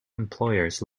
employers